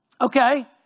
Okay